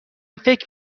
فکر